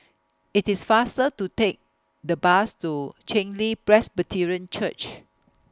IT IS faster to Take The Bus to Chen Li Presbyterian Church